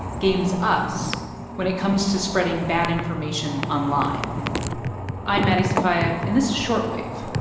games us when it comes to spreading bad information online i'm maddie sofia, and this is short wave,